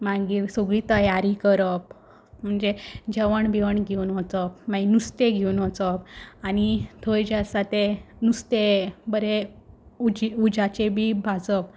मागीर सगळी तयारी करप म्हणजे जेवण बिवण घेवन वचप मागीर नुस्तें घेवन वचप आनी थंय जें आसा तें नुस्तें बरें उजी उज्याचें बी भाजप